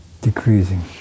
decreasing